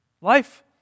life